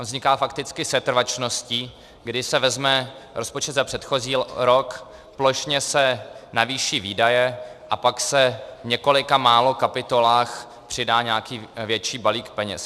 On vzniká fakticky setrvačností, kdy se vezme rozpočet za předchozí rok, plošně se navýší výdaje a pak se v několika málo kapitolách přidá nějaký větší balík peněz.